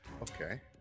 okay